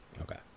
okay